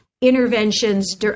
interventions